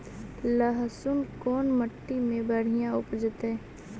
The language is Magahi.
लहसुन कोन मट्टी मे बढ़िया उपजतै?